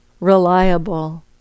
reliable